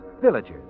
villagers